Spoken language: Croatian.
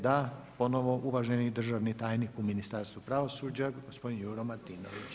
Da, ponovo uvaženi državni tajnik u Ministarstvu pravosuđa gospodin Juro Martinović.